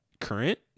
current